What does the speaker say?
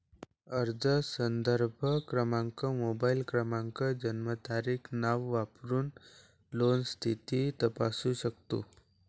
अर्ज संदर्भ क्रमांक, मोबाईल क्रमांक, जन्मतारीख, नाव वापरून लोन स्थिती तपासू शकतो